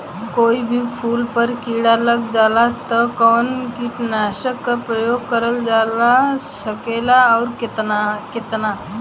कोई भी फूल पर कीड़ा लग जाला त कवन कीटनाशक क प्रयोग करल जा सकेला और कितना?